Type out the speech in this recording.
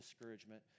discouragement